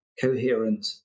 coherent